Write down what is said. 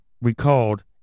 recalled